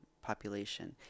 population